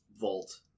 vault